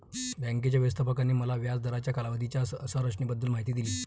बँकेच्या व्यवस्थापकाने मला व्याज दराच्या कालावधीच्या संरचनेबद्दल माहिती दिली